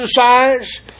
exercise